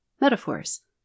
metaphors